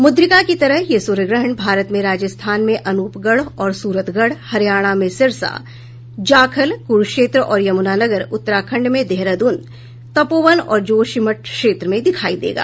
मुद्रिका की तरह यह सूर्यग्रहण भारत में राजस्थान में अनूपगढ़ और सूरतगढ़ हरियाणा में सिरसा जाखल कुरुक्षेत्र और यमुनानगर उत्तराखंड में देहरादून तपोवन और जोशीमठ क्षेत्र में दिखाई देगा